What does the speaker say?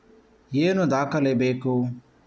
ಏನು ದಾಖಲೆ ಬೇಕು?